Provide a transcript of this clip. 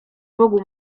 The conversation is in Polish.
bogu